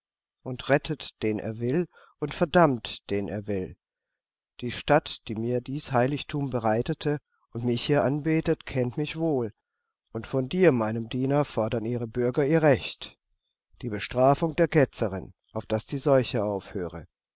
und rettet den er will und verdammt den er will die stadt die mir dies heiligtum bereitete und mich hier anbetet kennt mich wohl und von dir meinem diener fordern ihre bürger ihr recht die bestrafung der ketzerin auf daß die seuche aufhöre